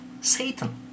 Satan